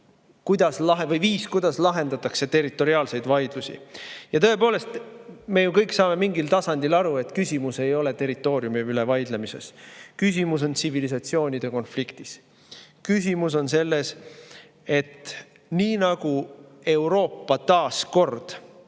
kuidas lahendada territoriaalseid vaidlusi. Ja tõepoolest, me ju kõik saame mingil tasandil aru, et küsimus ei ole territooriumi üle vaidlemises, vaid küsimus on tsivilisatsioonide vahelises konfliktis. Küsimus on selles, et nii nagu Euroopa on taas kord